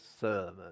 sermon